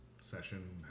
session